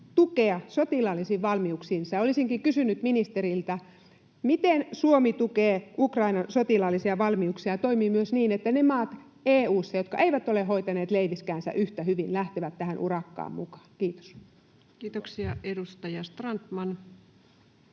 tukea sotilaallisiin valmiuksiinsa. Olisinkin kysynyt ministeriltä: miten Suomi tukee Ukrainan sotilaallisia valmiuksia ja toimii myös niin, että ne maat EU:ssa, jotka eivät ole hoitaneet leiviskäänsä yhtä hyvin, lähtevät tähän urakkaan mukaan? — Kiitos. Kiitoksia. — Edustaja Strandman.